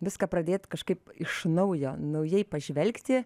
viską pradėt kažkaip iš naujo naujai pažvelgti